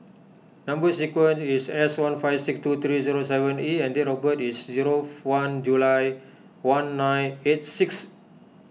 Number Sequence is S one five six two three zero seven E and date of birth is zero one July one nine eight six